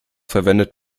verwendet